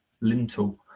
lintel